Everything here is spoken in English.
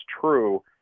true